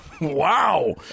wow